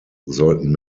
sollten